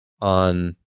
on